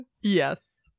Yes